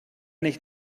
nicht